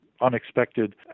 unexpected